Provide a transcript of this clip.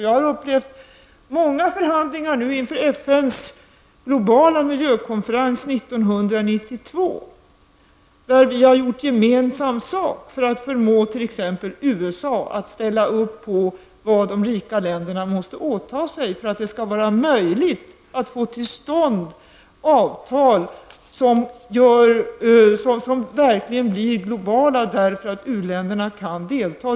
Jag har upplevt många förhandlingar nu inför FNs globala miljökonferans 1992, där vi har gjort gemensam sak för att förmå t.ex. USA att ställa sig bakom det som de rika länderna måste åta sig för att det skall vara möjligt att få till stånd avtal som verkligen blir globala därför att u-länderna kan delta.